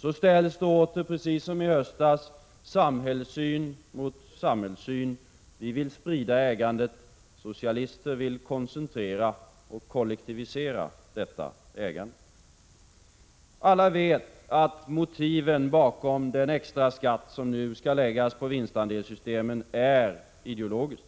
Så ställs då åter, precis som i höstas, samhällssyn mot samhällssyn. Vi vill sprida ägandet. Socialister vill koncentrera och kollektivisera detta ägande. Alla vet att motivet bakom den extra skatt som nu skall läggas på vinstandelssystemet är ideologiskt.